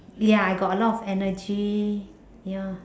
ya I got a lot of energy ya